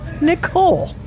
Nicole